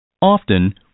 Often